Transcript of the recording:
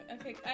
okay